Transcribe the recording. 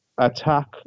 Attack